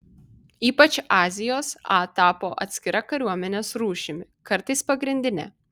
ypač azijos a tapo atskira kariuomenės rūšimi kartais pagrindine